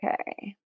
Okay